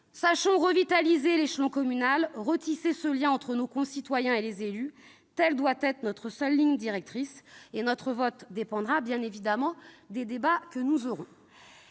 Sachons revitaliser l'échelon communal et retisser le lien entre nos concitoyens et les élus. Telle doit être notre seule ligne directrice. Notre vote dépendra bien évidemment de nos débats. À nos yeux,